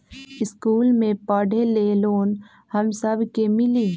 इश्कुल मे पढे ले लोन हम सब के मिली?